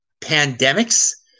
pandemics